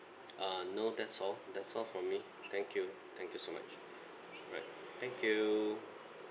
uh no that's all that's all from me thank you thank you so much alright thank you